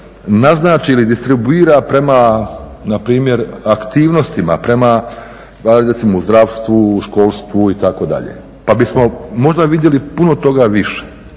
naznači ili distribuira prema npr. aktivnostima, prema, ajde recimo u zdravstvu, u školstvu itd.. Pa bismo možda vidjeli puno toga više,